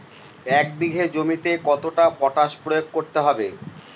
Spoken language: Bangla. এক বিঘে জমিতে কতটা পটাশ প্রয়োগ করতে হবে?